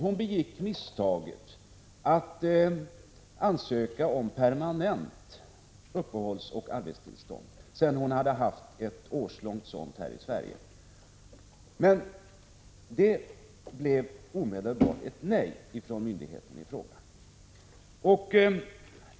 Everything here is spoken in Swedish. Hon begick misstaget att ansöka om permanent uppehållsoch arbetstillstånd sedan hon hade haft ett årslångt tillstånd här i Sverige. Hon fick omedelbart avslag från myndigheten i fråga.